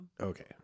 Okay